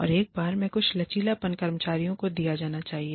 और एक बार में कुछ लचीलापन कर्मचारियों को दिया जा सकता है